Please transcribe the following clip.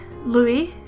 Louis